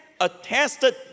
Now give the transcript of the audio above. attested